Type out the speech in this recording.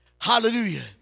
Hallelujah